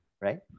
right